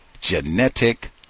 genetic